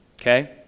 okay